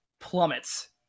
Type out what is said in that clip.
plummets